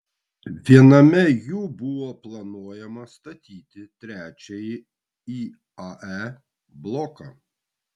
viename jų buvo planuojama statyti trečiąjį iae bloką